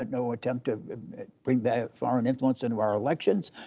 but no attempt to bring the foreign influence into our elections,